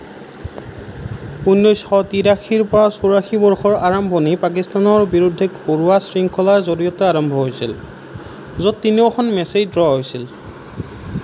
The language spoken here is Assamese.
উনৈছশ তিৰাশীৰ পৰা চৌৰাশী বৰ্ষৰ আৰম্ভণি পাকিস্তানৰ বিৰুদ্ধে ঘৰুৱা শৃংখলাৰ জৰিয়তে আৰম্ভ হৈছিল য'ত তিনিওখন মেচেই ড্ৰ হৈছিল